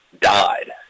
died